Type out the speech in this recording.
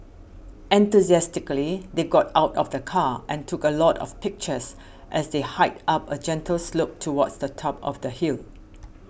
enthusiastically they got out of the car and took a lot of pictures as they hiked up a gentle slope towards the top of the hill